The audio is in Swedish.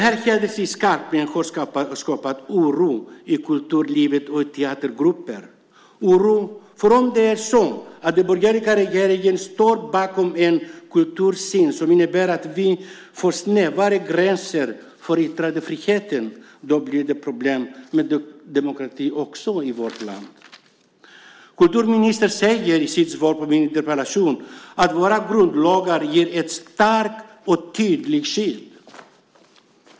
Händelsen i Skarpnäck har skapat oro i kulturlivet och i teatergrupper, för om det är så att den borgerliga regeringen står bakom en kultursyn som innebär att vi får snävare gränser för yttrandefriheten blir det problem med demokratin också i vårt land. Kulturministern säger i sitt svar på min interpellation att våra grundlagar ger ett starkt och tydligt skydd.